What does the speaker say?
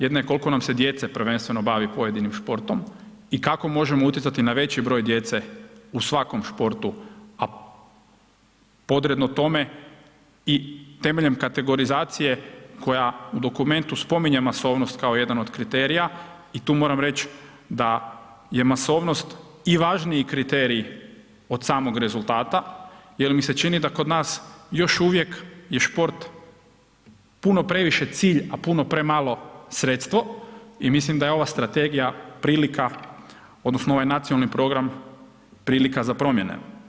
Jedna, koliko nam se djece prvenstveno bavi pojedinim športom i kako možemo utjecati na veći broj djece u svakom športu, a podredno tome i temeljem kategorizacije koja u dokumentu spominje masovnost kao jedan od kriterija i tu moram reći da je masovnost i važniji kriterij od samoga rezultata jer mi se čini da kod nas još uvijek je šport puno previše cilj, a puno premalo sredstvo i mislim da je ova strategija prilika odnosno ovaj nacionalni program prilika za promjene.